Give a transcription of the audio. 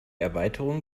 erweiterung